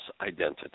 identity